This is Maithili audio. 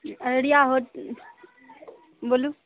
अररिया हो बोलू